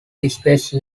space